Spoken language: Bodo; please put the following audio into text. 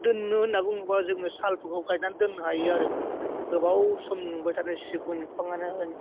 दोननो होनना बुङोब्ला जों सालफोरखौ गायनानै दोननो हायो आरो गोबाव सम नुबायथानाय सिगुन बिफाङानो होन